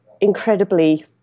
incredibly